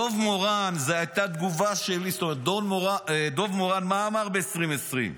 דב מורן זה הייתה תגובה דב מורן, מה אמר ב-2020,